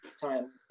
time